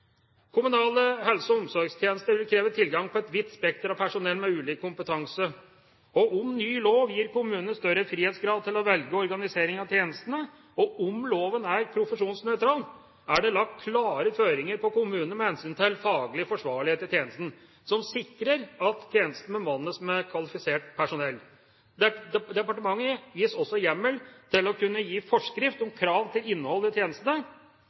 Kommunale helse- og omsorgstjenester vil kreve tilgang på et vidt spekter av personell med ulik kompetanse. Om ny lov gir kommunene større frihetsgrad til å velge organisering av tjenestene, og om loven er profesjonsnøytral, er det lagt klare føringer på kommunene med hensyn til faglig forsvarlighet i tjenesten som sikrer at tjenesten bemannes med kvalifisert personell. Departementet gis også hjemmel til å kunne gi forskrift om krav til innhold i tjenestene,